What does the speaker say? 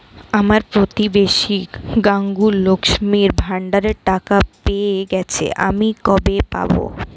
আমার প্রতিবেশী গাঙ্মু, লক্ষ্মীর ভান্ডারের টাকা পেয়ে গেছে, আমি কবে পাব?